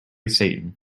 satan